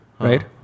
Right